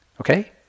Okay